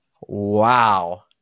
Wow